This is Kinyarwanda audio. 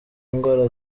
indwara